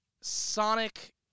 Sonic